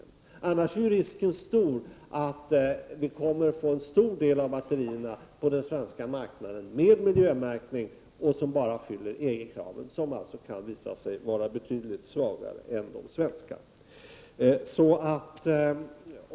Risken är annars stor att på den svenska marknaden en stor del av batterierna med miljömärkning bara kommer att fylla EG-kraven, vilka kan visa sig vara betydligt svagare än de svenska.